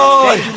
Lord